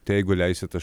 tai jeigu leisit aš